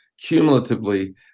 cumulatively